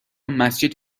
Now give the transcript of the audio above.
مسجد